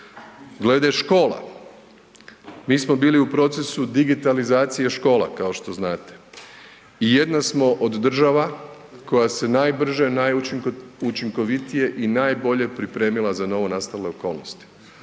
Glede škola, mi smo bili u procesu digitalizacije škola kao što znate i jedna smo od država koja se najbrže, najučinkovitije i najbolje pripremila za novonastale okolnosti.